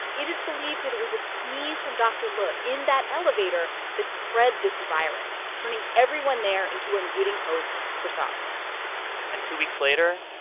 it is believed that it was a sneeze from dr. liu in that elevator that spread this virus, turning everyone there into unwitting hosts for sars and two weeks later,